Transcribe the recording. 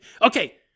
Okay